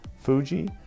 Fuji